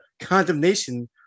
condemnation